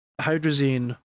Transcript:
Hydrazine